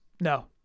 No